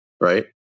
right